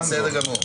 בסדר גמור.